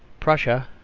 prussia,